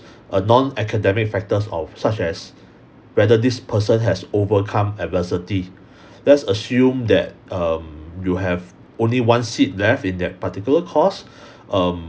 a non-academic factors of such as whether this person has overcome adversity let's assume that um you have only one seat left in that particular course um